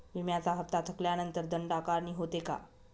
विम्याचा हफ्ता थकल्यानंतर दंड आकारणी होते का?